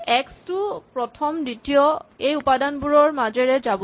x টো প্ৰথম দ্বিতীয় এই উপাদানবোৰৰ মাজেৰে যাব